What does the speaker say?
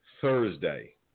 Thursday